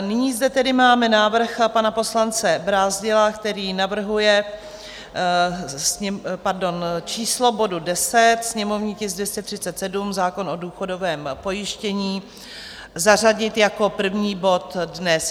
Nyní zde tedy máme návrh pana poslance Brázdila, který navrhuje číslo bodu 10, sněmovní tisk 237, zákon o důchodovém pojištění, zařadit jako první bod dnes.